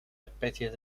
especies